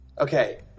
okay